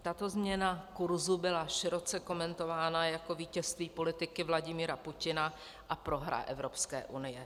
Tato změna kurzu byla široce komentována jako vítězství politiky Vladimira Putina a prohra Evropské unie.